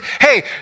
hey